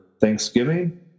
Thanksgiving